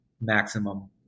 maximum